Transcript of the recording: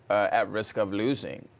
at risk of losing.